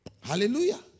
Hallelujah